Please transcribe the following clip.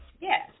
Yes